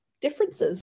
differences